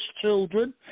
children